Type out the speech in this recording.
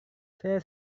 saya